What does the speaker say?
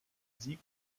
sieg